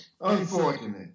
unfortunate